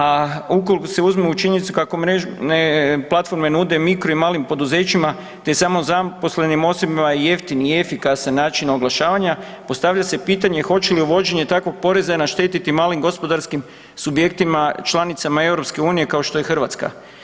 A ukoliko se uzmu u činjenicu kako mrežne platforme nude mikro i malim poduzećima, te samozaposlenim osobama jeftin i efikasan način oglašavanja postavlja se pitanje hoće li uvođenje takvog poreza naštetiti malim gospodarskim subjektima, članicama EU kao što je Hrvatska.